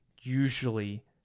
usually